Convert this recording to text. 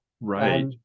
right